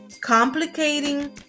complicating